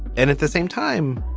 and at the same time,